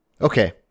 okay